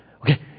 okay